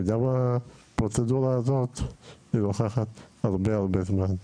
גם הפרוצדורה הזאת לוקחת הרבה זמן.